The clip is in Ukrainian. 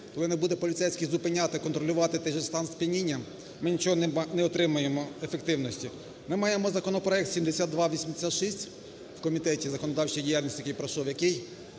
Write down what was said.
коли не буде поліцейський зупиняти, контролювати той же стан сп'яніння ми нічого не отримаємо – ефективності. Ми маємо законопроект 7286 у Комітеті законодавчої діяльності, який пройшов, який